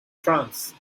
france